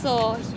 so